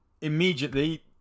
immediately